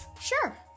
Sure